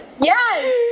yes